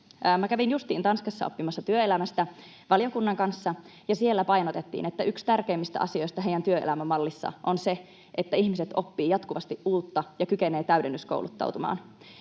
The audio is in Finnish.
justiin Tanskassa oppimassa työelämästä valiokunnan kanssa. Siellä painotettiin, että yksi tärkeimmistä asioista heidän työelämämallissaan on se, että ihmiset oppivat jatkuvasti uutta ja kykenevät täydennyskouluttautumaan.